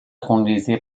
خونریزی